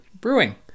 Brewing